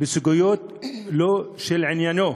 בסוגיות שלא מעניינו.